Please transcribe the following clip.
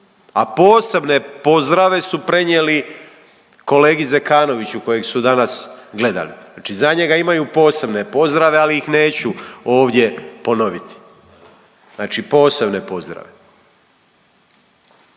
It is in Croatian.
A posebne pozdrave su prenijeli kolegi Zekanoviću kojeg su danas gledali, znači za njega imaju posebne pozdrave ali ih neću ovdje ponoviti, znači posebne pozdrave.